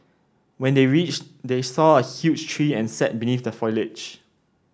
when they reached they saw a huge tree and sat beneath the foliage